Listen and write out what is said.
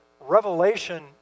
revelation